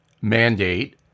mandate